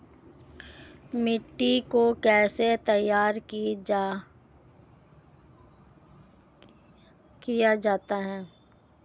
मिट्टी को कैसे तैयार किया जाता है?